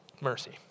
mercy